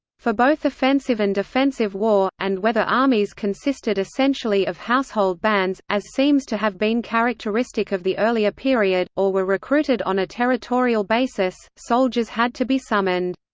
for both offensive and defensive war, and whether armies consisted essentially of household bands, as seems to have been characteristic of the earlier period, or were recruited on a territorial basis, soldiers had to be summoned.